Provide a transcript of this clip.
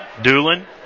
Doolin